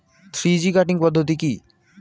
Three G cutting পদ্ধতি কি?